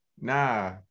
Nah